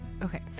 Okay